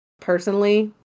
personally